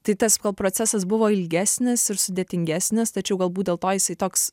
tai tas procesas buvo ilgesnis ir sudėtingesnis tačiau galbūt dėl to jisai toks